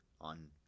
on